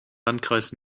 landkreis